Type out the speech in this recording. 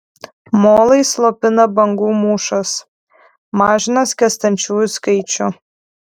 molai slopina bangų mūšas mažina skęstančiųjų skaičių